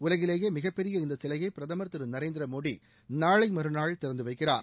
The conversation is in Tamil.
உலகிலேயே மிகப்பெரிய இந்த சிலையை பிரதமர் திரு நரேந்திர மோடி நாளை மறுநாள் திறந்து வைக்கிறார்